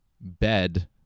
bed